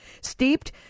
Steeped